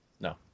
No